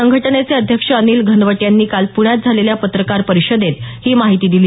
संघटनेचे अध्यक्ष अनिल घनवट यांनी काल प्ण्यात झालेल्या पत्रकार परिषदेत ही माहिती दिली